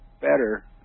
better